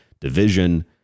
division